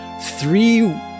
three